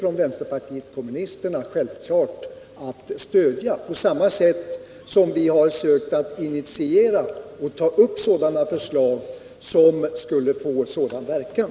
Alla sådana förslag kommer vi att stödja, liksom vi försökt att initiera förslag som skulle få sådan verkan.